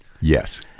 Yes